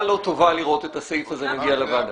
לא טובה לראות את הסעיף הזה מגיע לוועדה.